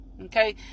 okay